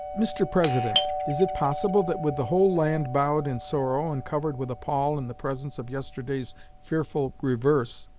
mr. president, is it possible that with the whole land bowed in sorrow and covered with a pall in the presence of yesterday's fearful reverse,